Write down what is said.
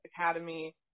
Academy